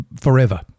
forever